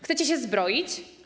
Chcecie się zbroić?